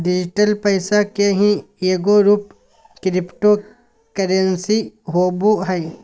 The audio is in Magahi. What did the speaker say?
डिजिटल पैसा के ही एगो रूप क्रिप्टो करेंसी होवो हइ